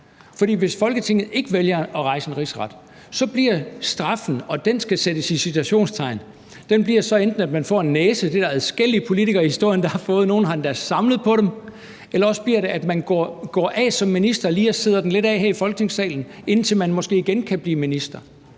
hvis Folketinget ikke vælger at rejse en rigsret, så bliver straffen, og den skal sættes i citationstegn, enten at man får en næse – det er der adskillige politikere i historien, der har fået; nogle har endda samlet på dem – eller også bliver det, at man går af som minister og lige sidder den af her i Folketingssalen, indtil man måske igen kan blive minister.